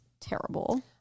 terrible